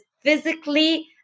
physically